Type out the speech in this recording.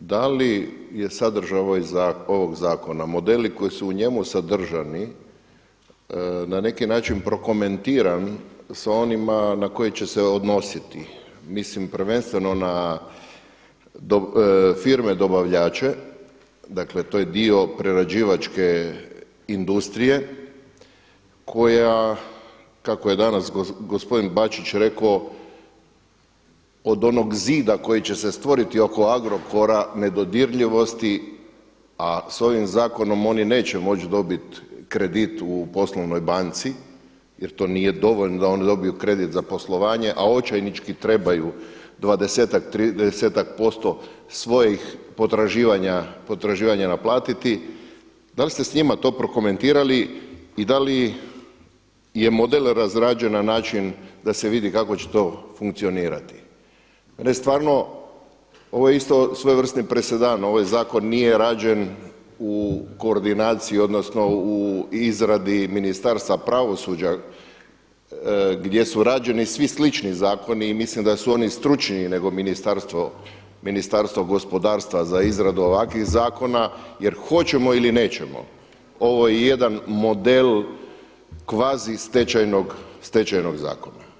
da li je sadržaj ovog zakona, modeli koji su u njemu sadržani na neki način prokomentiran sa onima na koje će se odnositi, mislim prvenstveno na firme dobavljače, dakle to je dio prerađivačke industrije koja kako je danas gospodin Bačić rekao od onog zida koji će se stvoriti oko Agrokora nedodirljivosti, a s ovim zakonom oni neće moći dobiti kredit u poslovnoj banci jer to nije dovoljno da oni dobiju kredit za poslovanje, a očajnički trebaju 20-ak, 30-ak posto svojih potraživanja naplatiti, da li ste s njima to prokomentirali i da li je model razrađen na način da se vidi kako će to funkcionirati? … stvarno ovo je isto svojevrsni presedan ovaj zakon nije rađen u koordinaciji odnosno u izradi Ministarstva pravosuđa gdje su rađeni svi slični zakoni i mislim da su oni stručniji nego Ministarstvo gospodarstva za izradu ovakvih zakona jer hoćemo ili nećemo, ovo je jedan model kvazi stečajnog zakona.